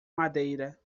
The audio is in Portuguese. madeira